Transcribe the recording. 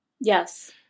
Yes